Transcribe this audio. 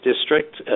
district